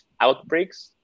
outbreaks